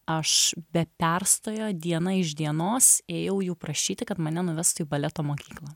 aš be perstojo diena iš dienos ėjau jų prašyti kad mane nuvestų į baleto mokyklą